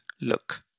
look